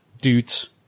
dudes